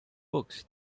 books